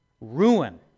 ruin